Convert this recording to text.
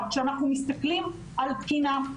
כשאנחנו מסתכלים על תקינה,